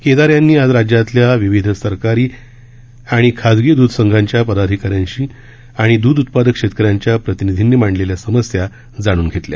केदार यांनी आज राज्यातील विविध सरकारी आणि खाजगी दूध संघांच्या पदाधिका यांनी आणि दूध उत्पादक शेतक यांच्या प्रतिनिधी मांडलेल्या समस्या जाणून घेतल्या